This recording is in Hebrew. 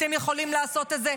אתם יכולים לעשות את זה.